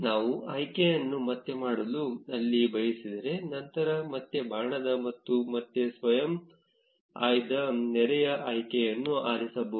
ನಾವು ಆಯ್ಕೆಯನ್ನು ಮತ್ತೆ ಮಾಡಲು ಅಲ್ಲಿ ಬಯಸಿದರೆ ನಂತರ ಮತ್ತೆ ಬಾಣದ ಮತ್ತು ಮತ್ತೆ ಸ್ವಯಂ ಆಯ್ದ ನೆರೆಯ ಆಯ್ಕೆಯನ್ನು ಆರಿಸಿಬರುತ್ತದೆ